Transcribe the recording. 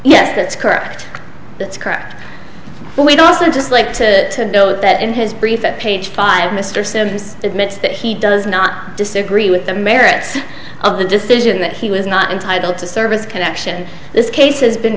yes that's correct that's correct but we'd also just like to note that in his brief at page five mr simms admits that he does not disagree with the merits of the decision that he was not entitled to service connection this case has been